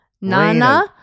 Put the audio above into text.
Nana